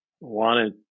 wanted